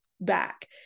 back